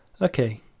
Okay